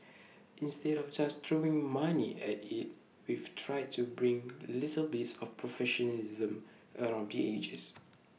instead of just throwing money at IT we've tried to bring little bits of professionalism around the edges